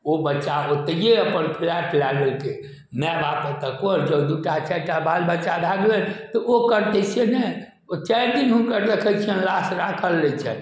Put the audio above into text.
ओ बच्चा ओतैय अपन पएर फैला लेलकै मैया बाप ओतऽ दूटा चारि टा बाल बच्चा भऽ गेल तऽ ओ करतै से नहि ओ चारि दिन हुनकर देखै छियनि लाश राखल रहै छैक